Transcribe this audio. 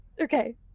Okay